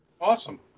awesome